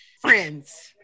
Friends